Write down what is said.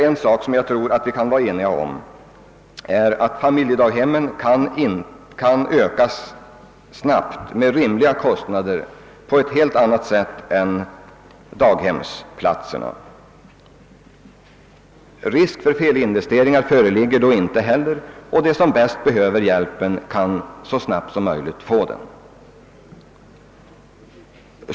Vi kan nog vara ense om att antalet familjedaghemsplatser kan ökas snabbt med rimliga kostnader på ett helt annat sätt än daghemsplatserna. Då föreligger inte heller risk för felinvesteringar, och de som bäst behöver hjälpen kan få den snabbt.